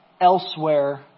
elsewhere